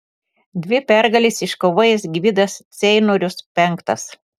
dvi pergales iškovojęs gvidas ceinorius penktas